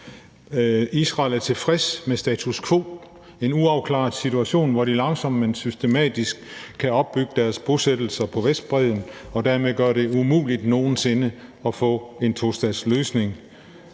Israel er tilfreds med status quo: en uafklaret situation, hvor de langsomt, men systematisk kan opbygge deres bosættelser på Vestbredden og dermed gøre det umuligt nogen sinde at få en tostatsløsning.